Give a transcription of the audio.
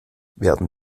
werden